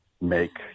make